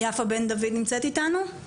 יפה בן דוד נמצאת איתנו?